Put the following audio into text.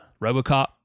RoboCop